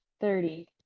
thirty